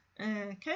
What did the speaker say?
Okay